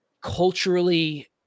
culturally